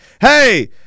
Hey